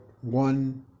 one